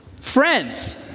friends